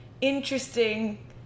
interesting